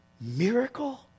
miracle